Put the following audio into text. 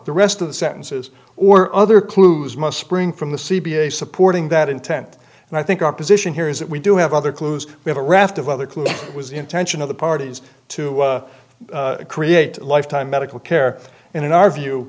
the rest of the sentences or other clues must spring from the c p a supporting that intent and i think our position here is that we do have other clues we have a raft of other clues was the intention of the parties to create lifetime medical care in our view